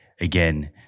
again